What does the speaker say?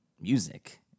music